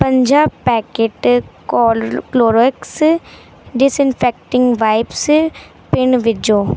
पंजाह पैकेट कोलो Clorox disinfecting wipes पिणु विझो